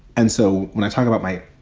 and so when i talk about my,